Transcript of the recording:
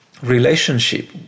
relationship